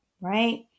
right